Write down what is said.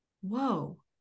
whoa